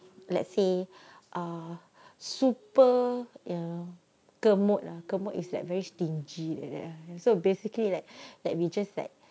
let's say a super ya gemod lah gemod is like very stingy like that so basically like that we just like